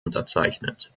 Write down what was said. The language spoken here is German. unterzeichnet